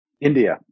India